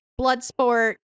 Bloodsport